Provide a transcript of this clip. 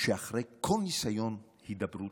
שאחרי כל ניסיון הידברות,